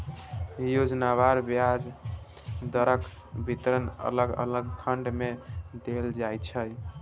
योजनावार ब्याज दरक विवरण अलग अलग खंड मे देल जाइ छै